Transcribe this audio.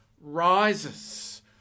rises